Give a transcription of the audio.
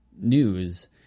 news